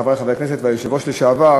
חברי חברי הכנסת והיושב-ראש לשעבר,